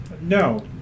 No